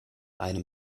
einem